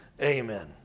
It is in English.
Amen